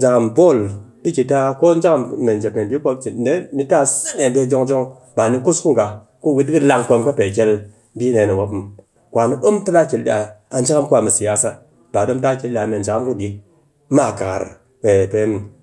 jakam bol ɗi ki ta. a ko jakam jep mee bii ku mop di cin dee, ni taa a se dee jong jong ba ni kus ku ngha ku ka wit kɨ lang kom ka pe kel bii dee ni mop muw. Kwan a dom ti daa cin di a jakam ku a mɨ siyasa, ba a ɗom tɨ a kel ɗi a mee jakam ku dik ma,